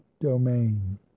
domain